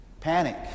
panic